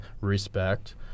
respect